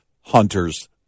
Hunter's